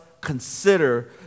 consider